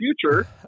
future